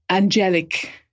Angelic